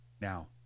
Now